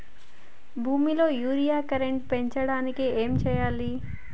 భూమిలో urea content పెంచడానికి ఏం చేయాలి?